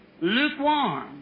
lukewarm